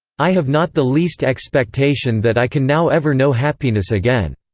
i have not the least expectation that i can now ever know happiness again.